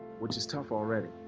which is tough already.